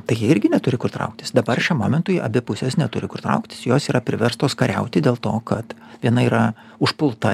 tai jie irgi neturi kur trauktis dabar šiam momentui abi pusės neturi kur trauktis jos yra priverstos kariauti dėl to kad viena yra užpulta